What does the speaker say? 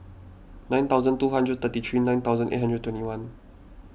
nine thousand two hundred thirty three nine thousand eight hundred twenty one